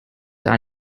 are